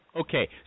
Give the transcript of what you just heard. Okay